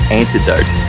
antidote